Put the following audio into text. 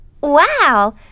Wow